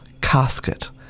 casket